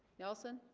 nelson